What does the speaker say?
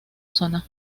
zona